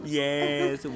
yes